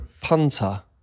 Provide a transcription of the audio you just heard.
punter